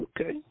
Okay